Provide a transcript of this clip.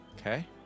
Okay